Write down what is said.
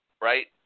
right